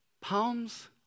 Palms